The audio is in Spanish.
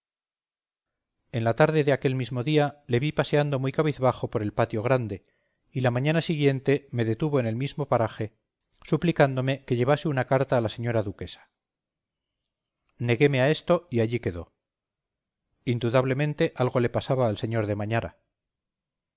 en la tarde de aquel mismo día le vi paseando muy cabizbajo por el patio grande y la mañana siguiente me detuvo en el mismo paraje suplicándome que llevase una carta a la señora duquesa negueme a esto y allí quedó indudablemente algo le pasaba al señor de mañara